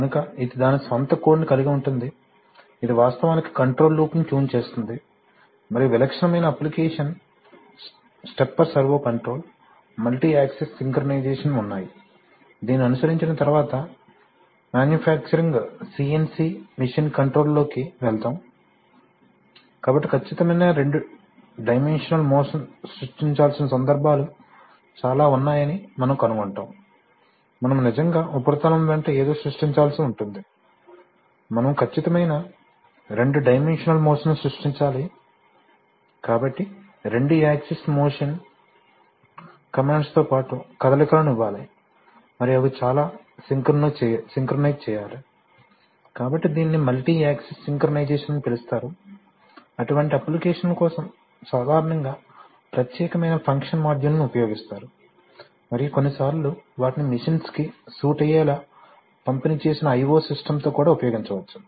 కనుక ఇది దాని స్వంత కోడ్ను కలిగి ఉంటుంది ఇది వాస్తవానికి కంట్రోల్ లూప్ను ట్యూన్ చేస్తుంది మరియు విలక్షణమైన application stepper servo control multi axis synchronisation ఉన్నాయి దీనిని అనుసరించిన తర్వాత మ్యానుఫ్యాక్చరింగ్ సిఎన్సి మెషీన్ కంట్రోల్లోకి వెళ్తాము కాబట్టి ఖచ్చితమైన రెండు డైమెన్షనల్ మోషన్ సృష్టించాల్సిన సందర్భాలు చాలా ఉన్నాయని మనము కనుగొంటాము మనము నిజంగా ఉపరితలం వెంట ఏదో సృష్టించాల్సిఉంటుంది మనము ఖచ్చితమైన రెండు డైమెన్షనల్ మోషన్ను సృష్టించాలి కాబట్టి రెండు యాక్సిస్ మోషన్ కమాండ్స్ తో పాటు కదలికలను ఇవ్వాలి మరియు అవి చాలా సింక్రొనైజ్ చేయాలి కాబట్టి దీనిని మల్టీ యాక్సిస్ సింక్రొనైజేషన్ అని పిలుస్తారు అటువంటి అప్లికేషన్ ల కోసం సాధారణంగా ప్రత్యేకమైన ఫంక్షన్ మాడ్యూళ్ళను ఉపయోగిస్తారు మరియు కొన్నిసార్లు వాటిని మెషిన్స్ కి సూట్ అయ్యేలా పంపిణీ చేసిన io సిస్టమ్స్ తో కూడా ఉపయోగించవచ్చు